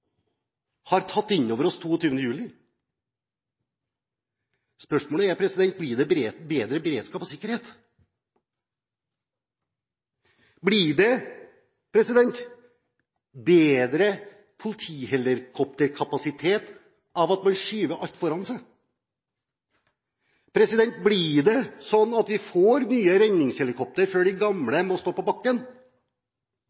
har tatt inn over oss 22. juli. Spørsmålet er: Blir det bedre beredskap og sikkerhet? Blir det bedre politihelikopterkapasitet av at man skyver alt foran seg? Blir det sånn at vi får nye redningshelikoptre før de